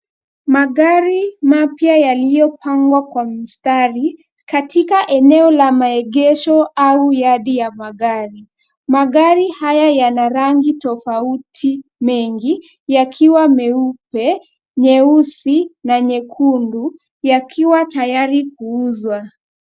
Magari mapya yaliyopangwa kwa mstari, katika eneo la maegesho au yadi ya magari. Magari haya rangi tofauti mengi yakiwa meupe, nyeusi na nyekundu yakiwa tayari kuuzwa.